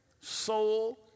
soul